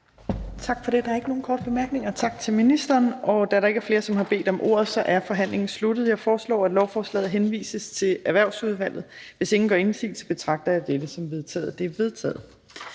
Tak for det. Der er ikke nogen korte bemærkninger. Tak til ministeren. Da der ikke er flere, som har bedt om ordet, er forhandlingen sluttet. Jeg foreslår, at lovforslaget henvises til Erhvervsudvalget. Hvis ingen gør indsigelse, betragter jeg dette som vedtaget. Det er vedtaget.